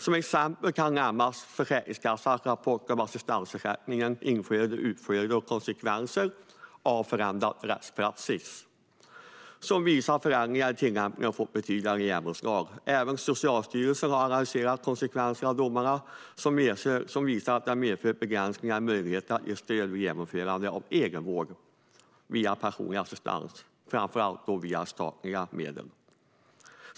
Som exempel kan nämnas Försäkringskassans rapport Assistansersättning - Inflöde, utflöde och konsekvenser av förändrad rättspraxis , som visar att förändringar i tillämpningen har fått betydande genomslag. Även Socialstyrelsen har analyserat konsekvenser av domarna och visat att de har medfört begränsningar av möjligheterna att ge stöd vid genomförandet av egenvård via personlig assistans, framför allt med statliga medel.